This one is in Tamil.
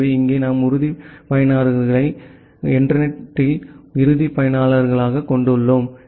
எனவே இங்கே நாம் இறுதி பயனர்களை இன்டர்நெட் த்தில் இறுதி பயனர்களாகக் கொண்டுள்ளோம்